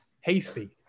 Hasty